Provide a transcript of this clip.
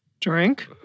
Drink